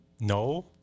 No